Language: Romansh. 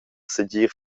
segir